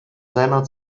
seiner